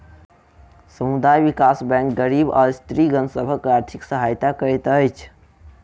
समुदाय विकास बैंक गरीब आ स्त्रीगण सभक आर्थिक सहायता करैत अछि